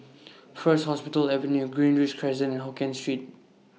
First Hospital Avenue Greenridge Crescent Hokkien Street